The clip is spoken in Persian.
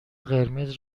قرمز